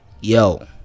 Yo